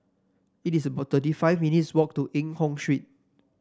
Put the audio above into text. it is about thirty five minutes' walk to Eng Hoon Street